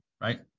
right